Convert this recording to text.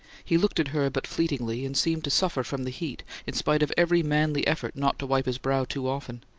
he looked at her but fleetingly, and seemed to suffer from the heat, in spite of every manly effort not to wipe his brow too often.